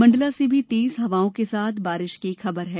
मंडला से भी तेज हवाओं के साथ बारिश की खबर है